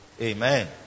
Amen